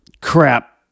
crap